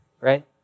right